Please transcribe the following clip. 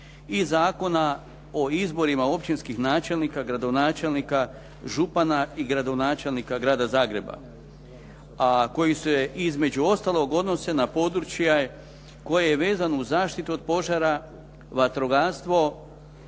i Zakona o izborima općinskih načelnika, gradonačelnika, župana i gradonačelnika Grada Zagreba. A koji se između ostaloga odnose na područje koje je vezano uz zaštitu požara, vatrogastvo,